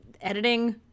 editing